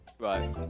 Right